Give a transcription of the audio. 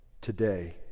today